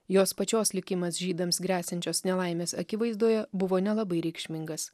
jos pačios likimas žydams gresiančios nelaimės akivaizdoje buvo nelabai reikšmingas